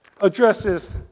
addresses